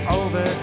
over